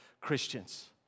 Christians